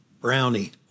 brownie